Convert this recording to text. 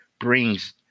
brings